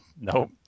Nope